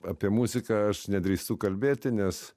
apie muziką aš nedrįstu kalbėti nes